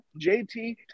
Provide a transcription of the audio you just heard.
JT